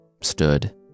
stood